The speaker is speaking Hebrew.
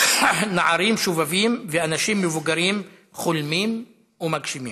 נערים שובבים ואנשים מבוגרים חולמים ומגשימים.